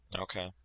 Okay